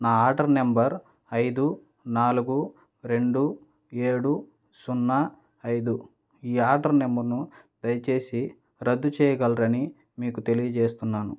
నా order number ఐదు నాలుగు రెండు ఏడు సున్నా ఐదు ఈ ఆర్డర్ నెంబర్ను దయచేసి రద్దు చేయగల్రని మీకు తెలియజేస్తున్నాను